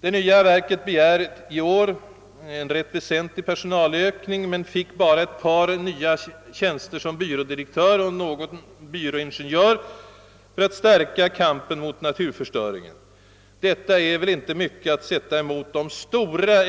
Det nya verket begärde till i år en rätt väsentlig personalökning men fick bara ett par nya tjänster som byrådirektör och någon tjänst som byråingenjör för att stärka kampen mot naturförstöringen. Detta är inte mycket att sätta emot de stora